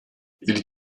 ils